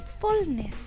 Fullness